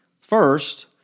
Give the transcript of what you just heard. First